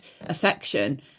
affection